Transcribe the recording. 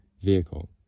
vehicle